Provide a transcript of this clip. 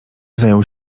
zajął